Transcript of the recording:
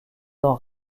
dans